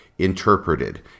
interpreted